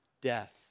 death